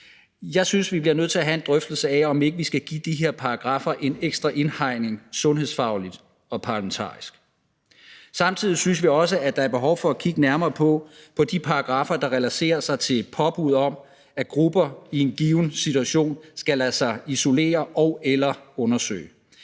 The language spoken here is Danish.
Jeg synes, vi bliver nødt til at have en drøftelse af, om ikke vi skal give de her paragraffer en ekstra indhegning sundhedsfagligt og parlamentarisk. Samtidig synes vi også, at der er behov for at kigge nærmere på de paragraffer, der relaterer sig til et påbud om, at grupper i en given situation skal lade sig isolere og/eller undersøge.